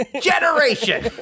generation